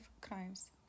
crimes